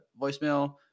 voicemail